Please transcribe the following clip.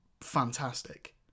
fantastic